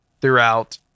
throughout